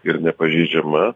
ir nepažeidžiama